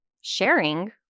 sharing